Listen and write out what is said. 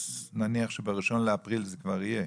אז נניח שב-1 באפריל זה כבר יהיה